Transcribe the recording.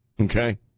okay